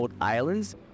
islands